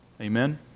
Amen